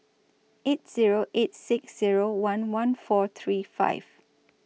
eight Zero eight six Zero one one four three five